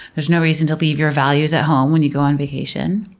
there's no reason to leave your values at home when you go on vacation.